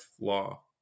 law